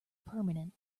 permanent